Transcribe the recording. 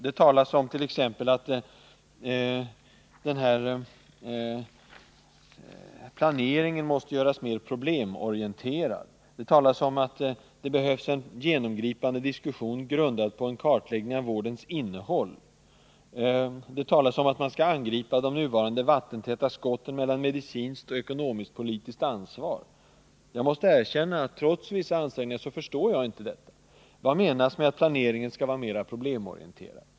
Det talas t.ex. om att planeringen måste göras mer problemorienterad. Det talas om att det behövs en genomgripande diskussion grundad på en kartläggning av vårdens innehåll. Det talas om att man måste angripa de nuvarande vattentäta skotten mellan medicinskt och ekonomiskt-politiskt ansvar. Jag måste erkänna att jag trots vissa ansträngningar inte förstår det här. Vad menas med att planeringen skall vara mera problemorienterad?